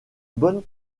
bonne